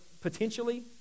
potentially